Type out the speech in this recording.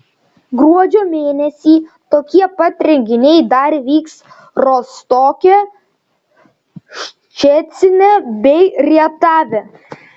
gruodžio mėnesį tokie pat renginiai dar vyks rostoke ščecine bei rietave